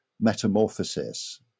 metamorphosis